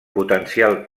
potencial